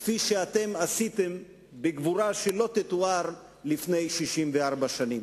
כפי שאתם עשיתם בגבורה שלא תתואר לפני 64 שנים.